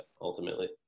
ultimately